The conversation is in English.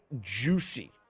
juicy